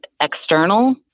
external